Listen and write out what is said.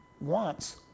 wants